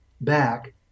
back